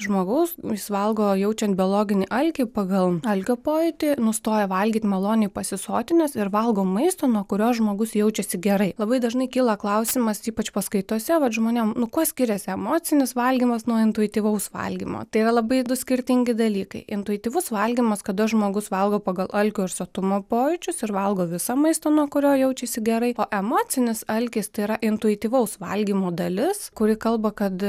žmogaus jis valgo jaučiant biologinį alkį pagal alkio pojūtį nustoja valgyt maloniai pasisotinęs ir valgo maistą nuo kurio žmogus jaučiasi gerai labai dažnai kyla klausimas ypač paskaitose vat žmonėm nu kuo skiriasi emocinis valgymas nuo intuityvaus valgymo tai yra labai du skirtingi dalykai intuityvus valgymas kada žmogus valgo pagal alkio ir sotumo pojūčius ir valgo visą maistą nuo kurio jaučiasi gerai o emocinis alkis tai yra intuityvaus valgymo dalis kuri kalba kad